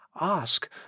ask